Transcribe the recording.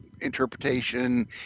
interpretation